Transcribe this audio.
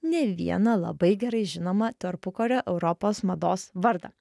ne vieną labai gerai žinomą tarpukario europos mados vardą